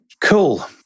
Cool